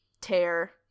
tear